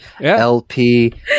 LP